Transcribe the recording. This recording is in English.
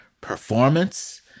performance